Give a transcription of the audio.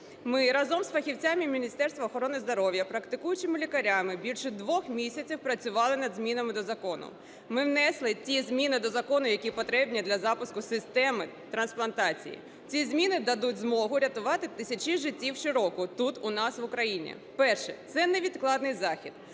Ми разом з фахівцями Міністерства охорони здоров'я, практикуючими лікарями більше двох місяців працювали над змінами до закону. Ми внесли ті зміни до закону, які потрібні для запуску системи трансплантації. Ці зміни дадуть змогу рятувати тисячі життів щороку тут у нас в Україні. Перше – це невідкладний захід.